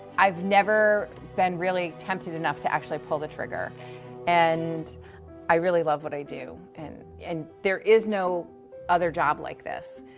i've never been really tempted enough to actually pull the trigger and i really love what i do. and and there is no other job like this.